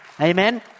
Amen